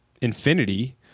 infinity